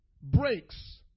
breaks